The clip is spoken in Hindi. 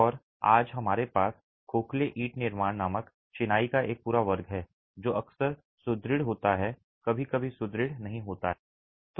और आज हमारे पास खोखले ईंट निर्माण नामक चिनाई का एक पूरा वर्ग है जो अक्सर सुदृढ़ होता है कभी कभी सुदृढ़ नहीं होता है